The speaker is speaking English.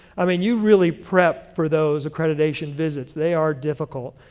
i mean you really prep for those accreditation visits. they are difficult.